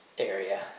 area